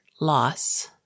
Loss